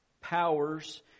powers